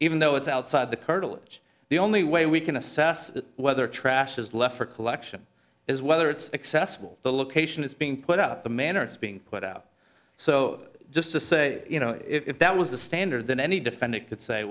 even though it's outside the curtilage the only way we can assess whether trash is left for collection is whether it's accessible the location is being put up the man or it's being put out so just to say you know if that was the standard then any defendant could say